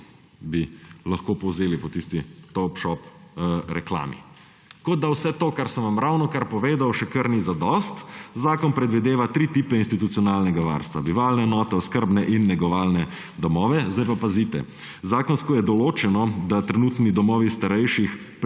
bi lahko povzeli po tisti Top Shop reklami. Kot da vse to, kar sem vam ravnokar povedal, še kar ni zadosti. Zakon predvideva tri tipe institucionalnega varstva: bivalna enota, oskrbne in negovalne domove. Sedaj pa pazite; zakonsko je določeno, da trenutni domovi starejših